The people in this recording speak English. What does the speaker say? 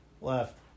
Left